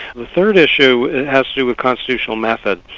the third issue has to do with constitutional method.